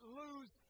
lose